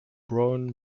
brown